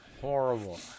Horrible